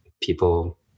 people